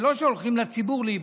זה לא שהולכים לציבור להיבחר.